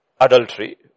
adultery